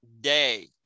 day